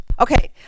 Okay